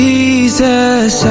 Jesus